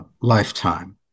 lifetime